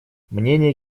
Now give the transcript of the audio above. мнения